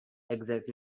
exact